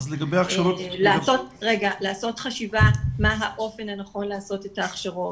לעשות חשיבה מה האופן הנכון לעשות את ההכשרות,